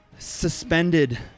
suspended